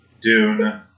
Dune